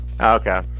Okay